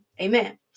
Amen